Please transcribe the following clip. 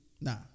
Nah